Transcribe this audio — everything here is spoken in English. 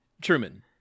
Truman